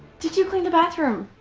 did you clean the bathroom?